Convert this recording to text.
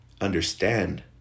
understand